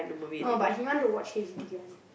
no but he want to watch h_d one